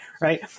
right